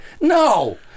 no